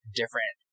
different